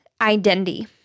identity